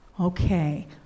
Okay